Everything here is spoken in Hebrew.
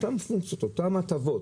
על מי מדובר?